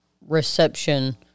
reception